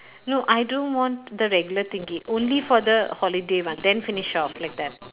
no I don't want the regular thingy only for the holiday one then finish off like that